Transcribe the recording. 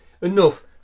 enough